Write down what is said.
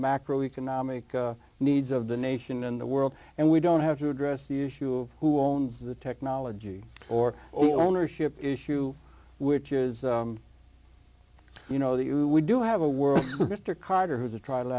macro economic needs of the nation in the world and we don't have to address the issue of who owns the technology or ownership issue which is you know that you do have a world where mr carter who's a tri